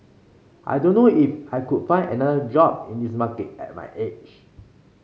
I don't know if I could find another job in this market at my age